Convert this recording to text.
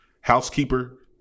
housekeeper